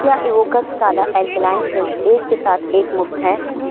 کیا ایووکس کالا alkaline drink ایک کے ساتھ ایک مفت ہے